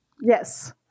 Yes